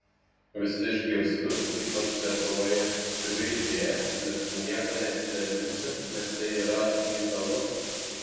vis išgirstu ypač lietuvoje turiu idėją bet su niekuo nesidalinsiu nes tai yra unikalu